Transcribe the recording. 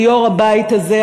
כיושב-ראש הבית הזה,